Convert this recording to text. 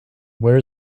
where